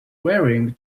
wearing